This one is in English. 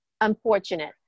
unfortunate